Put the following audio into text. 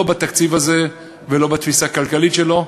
לא בתקציב הזה ולא בתפיסה הכלכלית שלו,